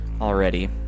already